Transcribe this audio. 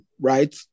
right